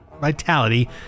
vitality